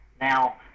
Now